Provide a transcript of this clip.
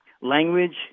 Language